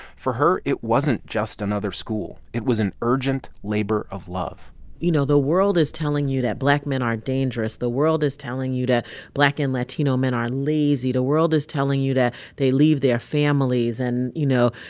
for her, it wasn't just another school it was an urgent labor of love you know, the world is telling you that black men are dangerous. the world is telling you that black and latino men are lazy. the world is telling you that they leave their families and, you know,